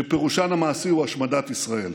שפירושן המעשי הוא השמדת ישראל,